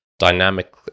dynamic